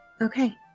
Okay